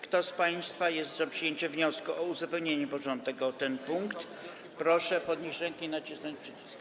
Kto z państwa jest za przyjęciem wniosku o uzupełnienie porządku dziennego o ten punkt, proszę podnieść rękę i nacisnąć przycisk.